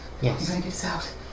Yes